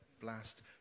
blast